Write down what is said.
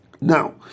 Now